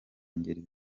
ngeri